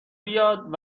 بیاد